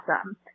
Awesome